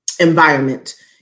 environment